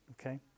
Okay